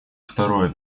второе